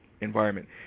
environment